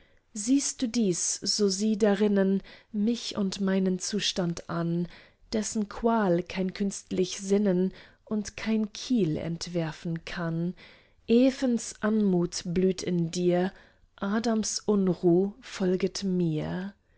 siehst du dies so sieh darinnen mich und meinen zustand an dessen qual kein künstlich sinnen und kein kiel entwerfen kann evens anmut blüht in dir adams unruh folget mir